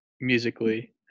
musically